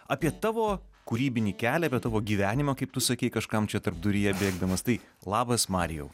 apie tavo kūrybinį kelią apie tavo gyvenimą kaip tu sakei kažkam čia tarpduryje bėgdamas tai labas marijau